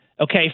Okay